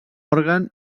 òrgan